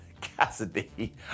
Cassidy